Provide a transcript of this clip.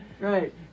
Right